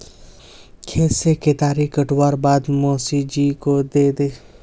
खेत से केतारी काटवार बाद मोसी जी को दे दे